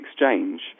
exchange